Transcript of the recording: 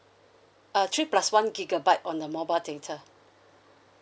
uh three plus one gigabyte on the mobile data